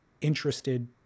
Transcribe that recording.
interested